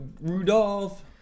Rudolph